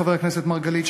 חבר הכנסת מרגלית,